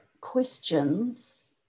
questions